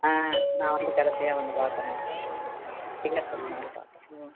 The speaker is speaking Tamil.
ஆ நான் வந்து கடைசியாக வந்து பார்க்குறேன் ரிகர்சல் மாதிரி பார்க்குறேன் ம்